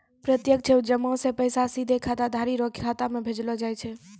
प्रत्यक्ष जमा से पैसा सीधे खाताधारी रो खाता मे भेजलो जाय छै